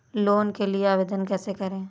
Loan के लिए आवेदन कैसे करें?